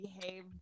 behaved